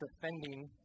defending